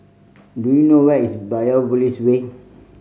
do you know where is Biopolis Way